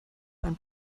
einen